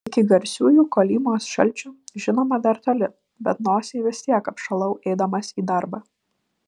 iki garsiųjų kolymos šalčių žinoma dar toli bet nosį vis tiek apšalau eidamas į darbą